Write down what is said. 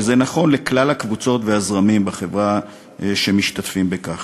וזה נכון לכלל הקבוצות והזרמים בחברה שמשתתפים בכך.